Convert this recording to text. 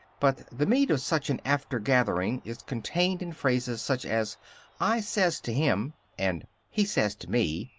but the meat of such an aftergathering is contained in phrases such as i says to him and he says to me.